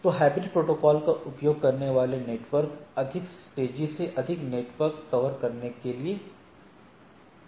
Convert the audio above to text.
तो hybrid protocol का उपयोग करने वाले नेटवर्क अधिक तेज़ी से अधिक नेटवर्क कवर करने के लिए जाते हैं